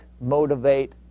motivate